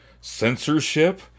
censorship